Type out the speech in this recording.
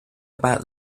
about